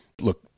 Look